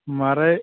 म्हाराज